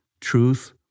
truth